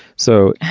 so,